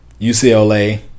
UCLA